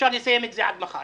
ואפשר לסיים את זה עד מחר.